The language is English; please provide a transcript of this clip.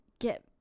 get